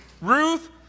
Ruth